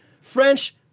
French